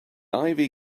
ivy